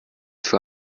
für